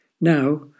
Now